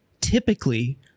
typically